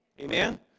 Amen